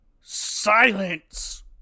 Silence